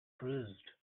cruised